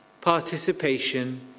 participation